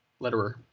letterer